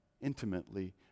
intimately